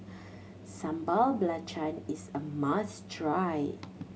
Sambal Belacan is a must try